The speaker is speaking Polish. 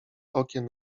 okien